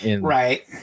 right